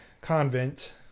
convent